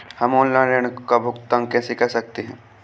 हम ऑनलाइन ऋण का भुगतान कैसे कर सकते हैं?